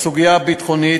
בסוגיה הביטחונית,